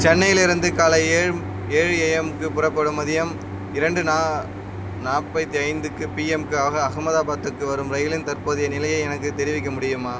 சென்னையிலிருந்து காலை ஏழு ஏழு ஏஎம்க்குப் புறப்படும் மதியம் இரண்டு நா நாற்பத்தைந்துக்கு பிஎம்க்கு அக அகமதாபாத்துக்கு வரும் ரயிலின் தற்போதைய நிலையை எனக்குத் தெரிவிக்க முடியுமா